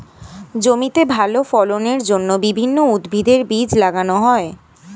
জমিতে ভালো ফলনের জন্য বিভিন্ন উদ্ভিদের বীজ লাগানো হয়